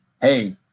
hey